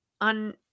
on